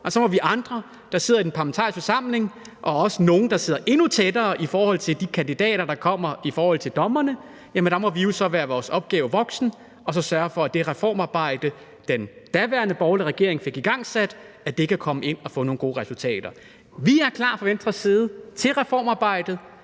Og så må vi andre, der sidder i den parlamentariske forsamling, og også nogle, der sidder endnu tættere i forhold til de kandidater, der kommer, altså i forhold til dommerne, være vores opgave voksen og så sørge for, at det reformarbejde, den daværende borgerlige regering fik igangsat, kan komme ind og få nogle gode resultater. Vi er klar fra Venstres side til reformarbejdet,